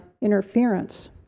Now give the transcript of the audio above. interference